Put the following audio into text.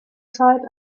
zeit